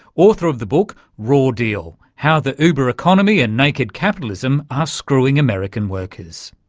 author of the book raw deal how the uber economy and naked capitalism are screwing american workers